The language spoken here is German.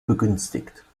begünstigt